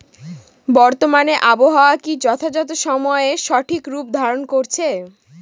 বর্তমানে আবহাওয়া কি যথাযথ সময়ে সঠিক রূপ ধারণ করছে?